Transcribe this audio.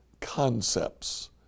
concepts